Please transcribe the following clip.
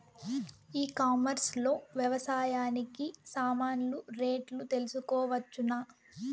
ఈ కామర్స్ లో వ్యవసాయానికి సామాన్లు రేట్లు తెలుసుకోవచ్చునా?